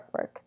artwork